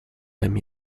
him